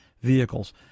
vehicles